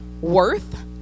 worth